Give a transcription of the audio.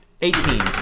eighteen